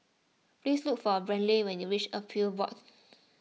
please look for Brantley when you reach Appeals Board